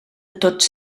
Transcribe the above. tots